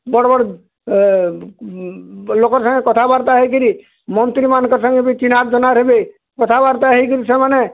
ବଡ଼୍ ବଡ଼୍ ଏଁ ଲୋକର୍ ସାଙ୍ଗେ କଥାବାର୍ତ୍ତା ହୋଇକିରି ମନ୍ତ୍ରୀମାନଙ୍କର୍ ସାଙ୍ଗେ ବି ଚିହ୍ନାଁଜଣାର୍ ହେବେ କଥାବାର୍ତ୍ତା ହୋଇକିରି ସେମାନେ